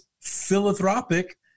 philanthropic